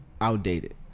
outdated